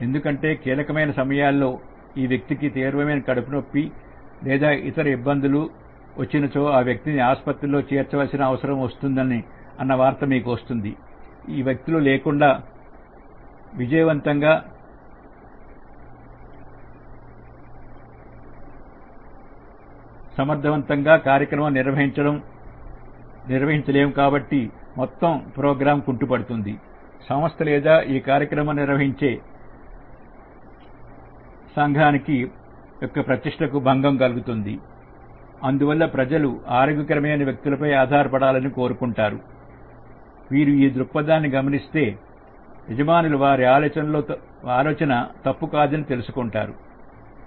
ఎందుకంటే కీలకమైన సమయంలో ఈ వ్యక్తికి తీవ్రమైన కడుపు నొప్పి లేదా ఇతర ఇబ్బందులు తో ఆ వ్యక్తిని ఆసుపత్రిలో చేర్చవలసి వచ్చిందని మీకు వార్త వస్తుంది ఈ వ్యక్తులు లేకుండా విజయవంతంగా సమర్థవంతంగా కార్యక్రమం నిర్వహించడం మొత్తం ప్రోగ్రాం కుంటుపడుతుంది సంస్థ లేదా ఈ కార్యక్రమం నిర్వహించిన ప్రతిష్టకు భంగం కలుగుతుంది అందువల్ల ప్రజలు ఆరోగ్యకరమైన వ్యక్తులపై ఆధారపడాలని కోరుకుంటారు వీరు ఈ దృక్పథాన్ని గమనిస్తే యజమానులు వారి ఆలోచన తప్పు కాదని తెలుసుకుంటారు